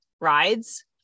rides